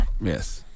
Yes